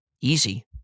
Easy